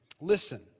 Listen